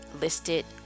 listed